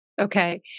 Okay